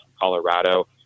Colorado